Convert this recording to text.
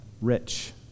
rich